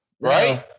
right